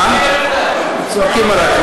הם צועקים עלי.